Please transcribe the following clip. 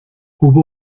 hubo